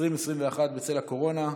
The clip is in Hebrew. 2021 בצל הקורונה,